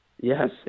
Yes